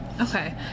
okay